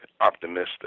optimistic